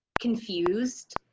confused